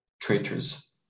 traitors